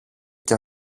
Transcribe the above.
και